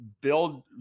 build